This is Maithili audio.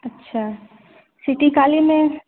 अच्छा सिटी कालीमे